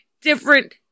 different